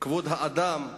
כבוד האדם,